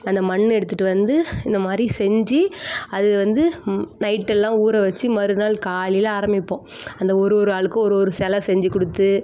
அந்த மண்ணை எடுத்துகிட்டு வந்து இந்தமாதிரி செஞ்சு அது வந்து நைட்டெல்லாம் ஊற வச்சு மறுநாள் காலையில் ஆரம்மிப்போம் அந்த ஒரு ஒரு ஆளுக்கும் ஒரு ஒரு சிலை செஞ்சு கொடுத்து